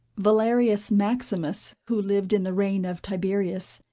valerius maximus who lived in the reign of tiberius,